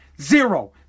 Zero